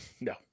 No